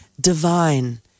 divine